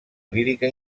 lírica